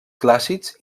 clàssics